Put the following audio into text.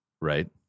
Right